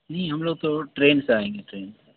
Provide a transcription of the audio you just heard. نہیں ہم لوگ تو ٹرین سے آئیں گے ٹرین سے